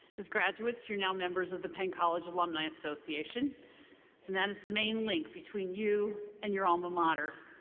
as graduates, you're now members of the penn college alumni association and that is the main link between you and your alma mater.